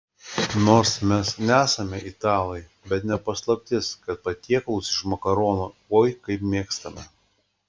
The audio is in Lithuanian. nors mes nesame italai bet ne paslaptis kad patiekalus iš makaronų oi kaip mėgstame